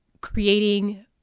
creating